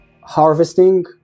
harvesting